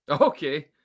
Okay